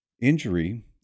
injury